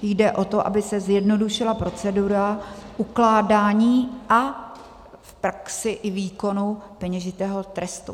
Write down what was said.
Jde o to, aby se zjednodušila procedura ukládání a v praxi i výkonu peněžitého trestu.